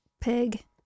pig